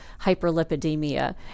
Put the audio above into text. hyperlipidemia